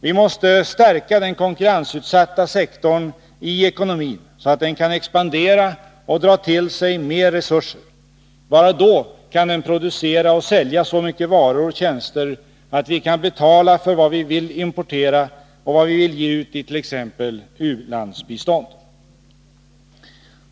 Vi måste stärka den konkurrensutsatta sektorn i ekonomin, så att den kan expandera och dra till sig mer resurser. Bara då kan den producera och sälja så mycket varor och tjänster att vi kan betala för vad vi vill importera och vad vi vill ge i t.ex. u-landsbistånd.